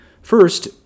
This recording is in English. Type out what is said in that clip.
First